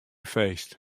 feest